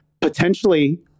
potentially